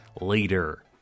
later